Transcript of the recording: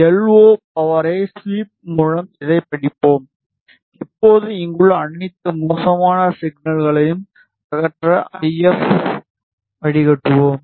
LO பவரை sweep மூலம் இதைப் படிப்போம் இப்போது இங்குள்ள அனைத்து மோசமான சிக்னல்களையும் அகற்ற ஐஎப் வடிகட்டுவோம்